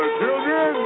children